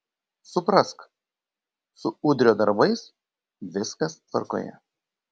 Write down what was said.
suprask su udrio darbais viskas tvarkoje